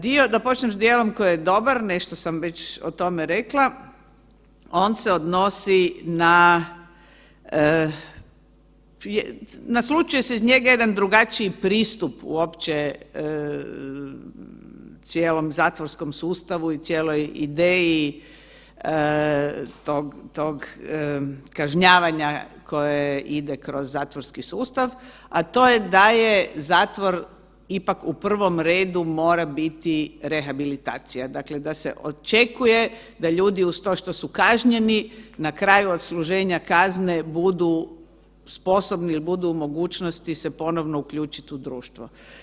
Da počnem s dijelom koji je dobar, nešto sam već o tome rekla, on se odnosi naslućuje se iz njega jedan drugačiji pristup uopće cijelom zatvorskom sustavu i cijeloj ideji tog kažnjavanja koje ide kroz zatvorski sustav, a to je da zatvor ipak u prvom redu mora biti rehabilitacija, dakle da se očekuje da ljudi uz to što su kažnjeni na kraju odsluženja kazne budu sposobni ili budu u mogućnosti se ponovno uključiti u društvo.